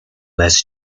less